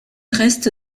reste